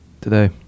Today